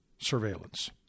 surveillance